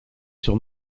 sur